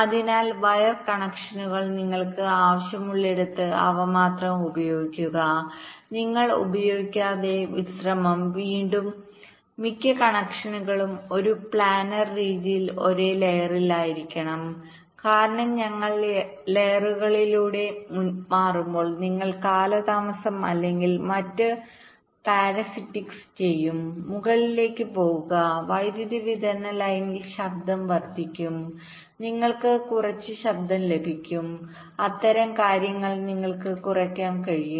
അതിനാൽ വയർ കണക്ഷനുകൾ നിങ്ങൾക്ക് ആവശ്യമുള്ളിടത്ത് അവ മാത്രം ഉപയോഗിക്കുക നിങ്ങൾ ഉപയോഗിക്കാത്ത വിശ്രമം വീണ്ടും മിക്ക കണക്ഷനുകളും ഒരു പ്ലാനർ രീതിയിൽ ഒരേ ലെയറിലായിരിക്കണം കാരണം ഞങ്ങൾ ലെയറുകളിലൂടെ മാറുമ്പോൾ നിങ്ങളുടെ കാലതാമസം അല്ലെങ്കിൽ മറ്റ് പരസിറ്റിക്സ് ചെയ്യും മുകളിലേക്ക് പോകുക വൈദ്യുതി വിതരണ ലൈനിൽ ശബ്ദം വർദ്ധിക്കും നിങ്ങൾക്ക് കുറച്ച് ശബ്ദവും ലഭിക്കും അത്തരം കാര്യങ്ങൾ നിങ്ങൾക്ക് കുറയ്ക്കാൻ കഴിയും